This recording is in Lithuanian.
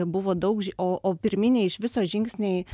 buvo daug ži o o pirminiai iš viso žingsniai